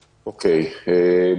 מענים.